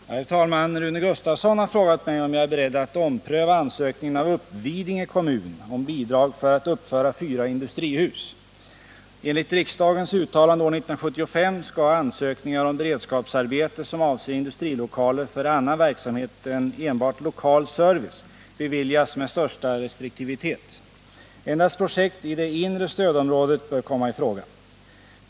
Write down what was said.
Herr talman! Rune Gustavsson har frågat mig om jag är beredd att ompröva ansökningen av Uppvidinge kommun om bidrag för att uppföra fyra industrihus. Enligt riksdagens uttalande år 1975 skall ansökningar om beredskapsarbete som avser industrilokaler för annan verksamhet än enbart lokal service beviljas med största restriktivitet. Endast projekt i det inre stödområdet bör komma i fråga.